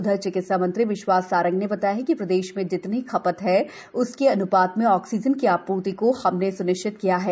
उधरचिकित्सा मंत्री विश्वास सारंग ने बताया कि प्रदेश में जितनी खपत है उसके अन्पात में ऑक्सीजन की आपूर्ति को हमने स्निश्चित किया है